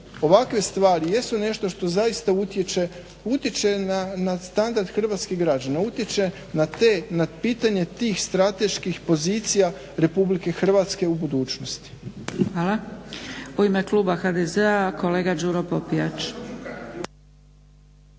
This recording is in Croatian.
ovakve stvari jesu nešto što utječe na standard hrvatskih građana, utječe na pitanje tih strateških pozicija RH u budućnosti. **Zgrebec, Dragica (SDP)** Hvala. U ime kluba HDZ-a kolega Đuro Popijač.